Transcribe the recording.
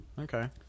Okay